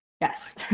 Yes